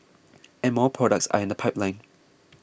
and more products are in the pipeline